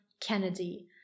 Kennedy